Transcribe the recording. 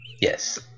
Yes